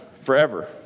forever